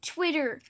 Twitter